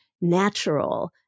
natural